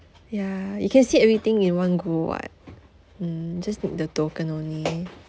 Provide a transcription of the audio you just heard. ya you can see everything in one go what mm just need the token only